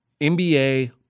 NBA